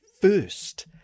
first